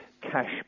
cash